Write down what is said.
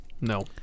no